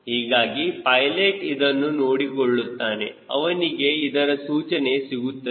ಹೀಗಾಗಿ ಪೈಲೆಟ್ ಇದನ್ನು ನೋಡಿಕೊಳ್ಳುತ್ತಾನೆ ಅವನಿಗೆ ಇದರ ಸೂಚನೆ ಸಿಗುತ್ತದೆ